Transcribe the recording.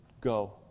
go